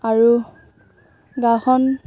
আৰু গাঁওখন